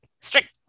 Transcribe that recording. strict